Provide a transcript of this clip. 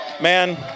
Man